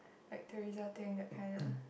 like Theresa thing that kind ah